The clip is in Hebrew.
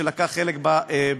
שלקח חלק במשימה,